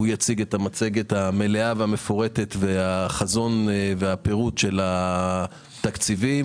הוא יציג את המצגת המלאה והמפורטת והחזון והפירוט של התקציבים,